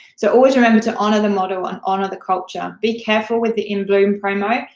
so, always remember to honor the model and honor the culture. be careful with the in bloom promo.